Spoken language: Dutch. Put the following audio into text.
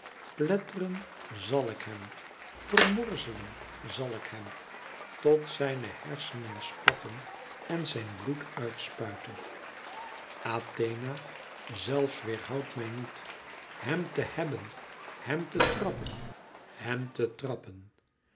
pletteren zal ik hem vermorzelen zal ik hem tot zijne hersenen spatten en zijn bloed uit spuite athena zelfs weêrhoudt mij niet hem te hèbben hem te trappen hem te trappen